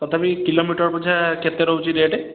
ତଥାପି କିଲୋମିଟର୍ ପିଛା କେତେ ରହୁଛି ରେଟ୍